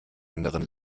anderen